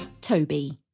Toby